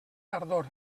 tardor